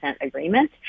agreement